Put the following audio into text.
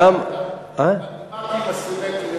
כבר דיברתי עם הסטודנטים.